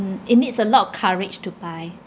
mm it needs a lot of courage to buy